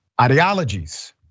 ideologies